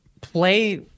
play